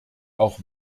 auch